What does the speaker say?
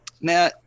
Now